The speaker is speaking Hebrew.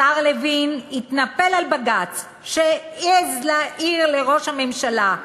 השר לוין התנפל על בג"ץ, שהעז להעיר לראש הממשלה,